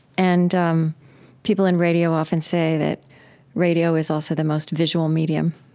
and um people in radio often say that radio is also the most visual medium.